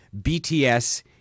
BTS